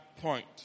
point